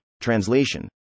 translation